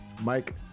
Mike